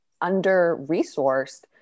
under-resourced